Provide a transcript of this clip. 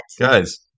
Guys